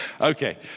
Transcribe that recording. Okay